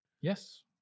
yes